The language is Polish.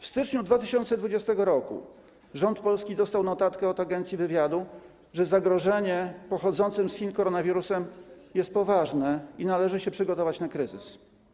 W styczniu 2020 r. rząd polski dostał notatkę od Agencji Wywiadu, że zagrożenie pochodzącym z Chin koronawirusem jest poważne i należy się przygotować na kryzys.